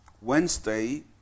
Wednesday